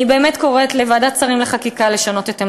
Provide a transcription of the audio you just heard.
אני באמת קוראת לוועדת שרים לחקיקה לשנות את עמדתה.